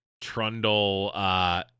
Trundle